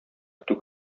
көтү